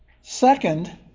Second